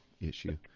issue